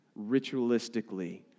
ritualistically